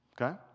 okay